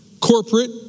corporate